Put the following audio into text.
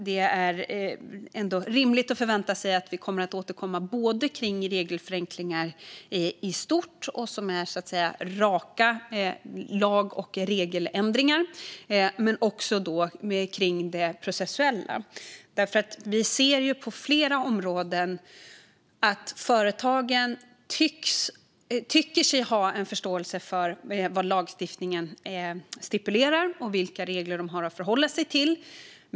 Det är rimligt att förvänta sig att vi återkommer vad gäller både regelförenklingar i stort, alltså raka lag och regeländringar, och det processuella. På flera områden ser vi att företagen tycker sig ha en förståelse för vad lagstiftningen stipulerar och vilka regler de har att förhålla sig till.